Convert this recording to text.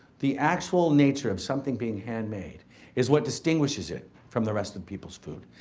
the actual nature of something being handmade is what distinguishes it from the rest of people's food.